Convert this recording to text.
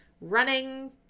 running